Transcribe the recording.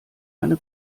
eine